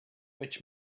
which